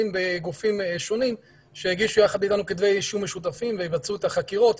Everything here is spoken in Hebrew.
בגופים שונים שיגישו יחד איתנו כתבי אישום משותפים ויבצעו את החקירות.